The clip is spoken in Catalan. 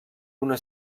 una